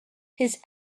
his